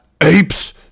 Apes